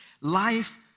life